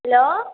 hello